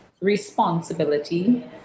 responsibility